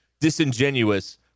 disingenuous